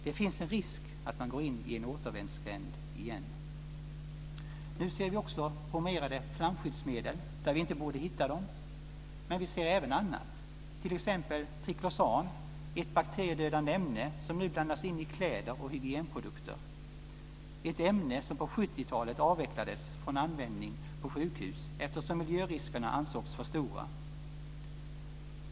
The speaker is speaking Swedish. Det finns en risk att man går in i en återvändsgränd igen. Nu ser vi också bromerade flamskyddsmedel där vi inte borde hitta dem. Men vi ser även annat, t.ex. triclosan, ett bakteriedödande ämne som nu blandas in i kläder och hygienprodukter. Det är ett ämne som på 70-talet avvecklades från användning på sjukhus, eftersom miljöriskerna ansågs för stora.